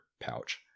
pouch